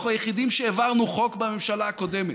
אנחנו היחידים שהעברנו חוק בממשלה הקודמת.